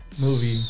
movie